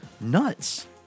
nuts